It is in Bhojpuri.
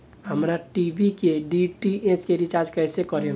हमार टी.वी के डी.टी.एच के रीचार्ज कईसे करेम?